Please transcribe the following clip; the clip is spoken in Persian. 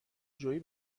جویی